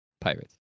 Pirates